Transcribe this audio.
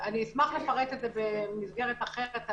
אני אשמח לפרט את זה במסגרת אחרת.